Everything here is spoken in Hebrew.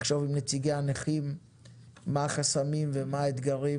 לחשוב עם נציגי הנכים מה החסמים ומה האתגרים